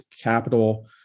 capital